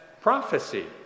prophecy